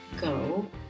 go